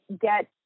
get